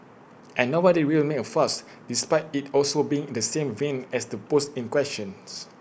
and nobody really made A fuss despite IT also being in the same vein as the post in questions